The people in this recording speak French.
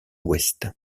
ouest